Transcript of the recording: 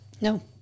No